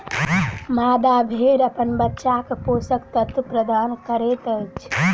मादा भेड़ अपन बच्चाक पोषक तत्व प्रदान करैत अछि